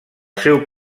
seu